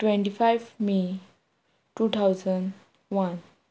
twenty five may two thousand one